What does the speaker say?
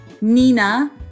Nina